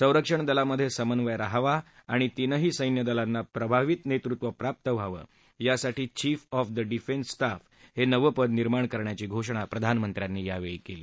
संरक्षणदलांमधे समन्वय रहावा आणि तीनही सैनादलांना प्रभावी नेतृत्व प्राप्त व्हावं यासाठी chief of the defence staff हे नवं पद निर्माण करण्याची घोषणा प्रधानमंत्र्यांनी यावेळी केली